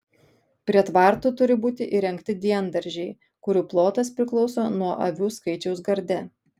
prie tvartų turi būti įrengti diendaržiai kurių plotas priklauso nuo avių skaičiaus garde